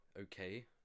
okay